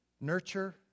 nurture